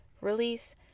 release